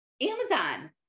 Amazon